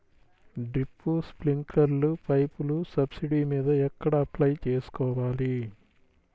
Drip, స్ప్రింకర్లు పైపులు subsidy మీద ఎక్కడ అప్లై చేసుకోవాలి?